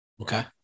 Okay